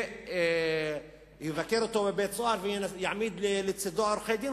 והוא יבקר אותו בבית-הסוהר ויעמיד לצדו עורכי-דין.